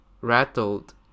rattled